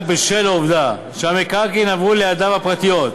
רק בשל העובדה שהמקרקעין עברו לידיו הפרטיות,